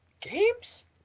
games